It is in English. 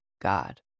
God